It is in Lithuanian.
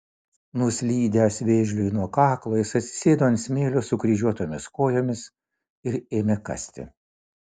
nuslydęs vėžliui nuo kaklo jis atsisėdo ant smėlio sukryžiuotomis kojomis ir ėmė kasti